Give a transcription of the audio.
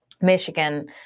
Michigan